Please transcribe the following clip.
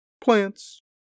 Plants